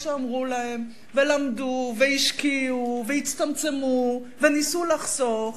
שאמרו להם ולמדו והשקיעו והצטמצמו וניסו לחסוך,